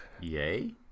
Yay